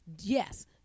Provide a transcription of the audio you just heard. Yes